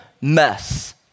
mess